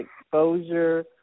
exposure